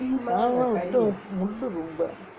நான் தான் வெட்டுவேன் முள்ளு ரொம்ப:naan thaan vettuvaen mullu romba